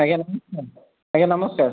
ଆଜ୍ଞା ଆଜ୍ଞା ନମସ୍କାର